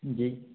जी